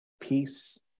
peace